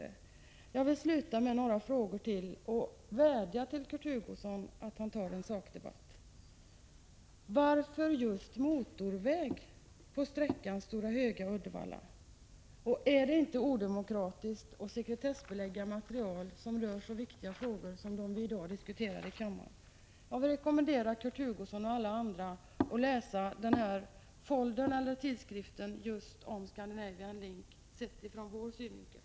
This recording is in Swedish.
Jag vill sluta med några frågor, och jag vädjar till Kurt Hugosson att ta en sakdebatt: Varför just motorväg på sträckan Stora Höga-Uddevalla? Är det inte odemokratiskt att sekretessbelägga material som rör så viktiga frågor som dem vi i dag diskuterar i kammaren? Jag rekommenderar Kurt Hugosson och alla andra att läsa denna tidskrift om Scandinavian Link, sett från vår synvinkel.